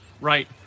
right